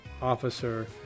officer